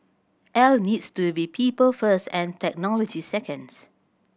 Al needs to be people first and technology second